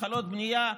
התחלות בנייה,